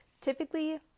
Typically